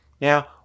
Now